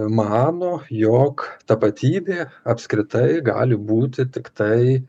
mano jog tapatybė apskritai gali būti tiktai